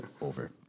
Over